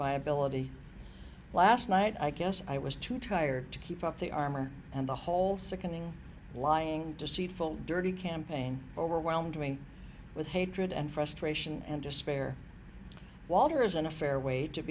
my ability last night i guess i was too tired to keep up the armor and the whole sickening lying deceitful dirty campaign overwhelmed me with hatred and frustration and despair walter is in a fair wa